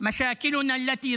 אדוני.